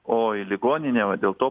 o į ligoninę va dėl to